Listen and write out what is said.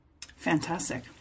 Fantastic